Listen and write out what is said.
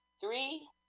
three